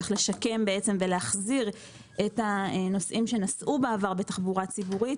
איך לשקם ולהחזיר את הנוסעים שנסעו בעבר בתחבורה ציבורית